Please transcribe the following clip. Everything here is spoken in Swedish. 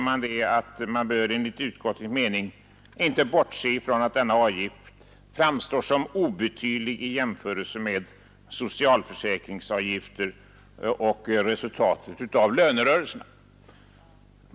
Man bör enligt utskottets mening inte bortse från att denna avgift framstår som obetydlig i jämförelse med socialförsäkringsavgifterna och resultatet av lönerörelserna.